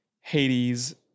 Hades